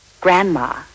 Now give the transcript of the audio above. Grandma